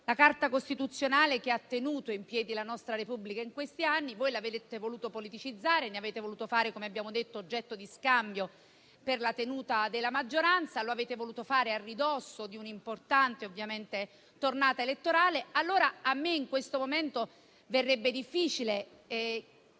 la Carta costituzionale che ha tenuto in piedi la nostra Repubblica in questi anni. Voi l'avete voluto politicizzare, ne avete voluto fare - come abbiamo detto - oggetto di scambio per la tenuta della maggioranza e lo avete voluto fare, ovviamente, a ridosso di un'importante tornata elettorale. A me in questo momento verrebbe difficile